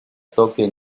toque